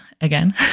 again